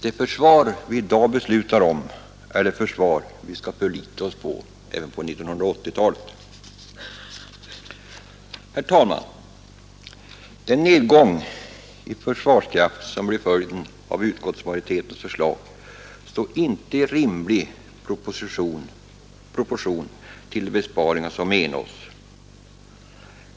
Det försvar vi i dag beslutar om är det försvar vi skall förlita oss på även under 1980-talet. Herr talman! Den nedgång i försvarskraft som blir följden av utskottsmajoritetens förslag står inte i rimlig proportion till de besparingar som ernås.